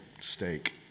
steak